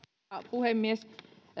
puhemies